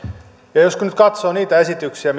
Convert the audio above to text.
ja jos nyt katsoo niitä esityksiä